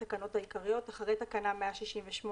התקנות העיקריות) אחרי תקנה 168,